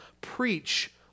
preach